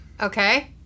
Okay